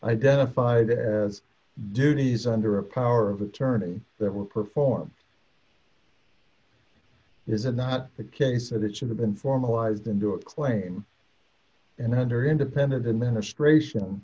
identified as duties under a power of attorney that would perform is it not the case that it should have been formalized into a claim and under independent and ministration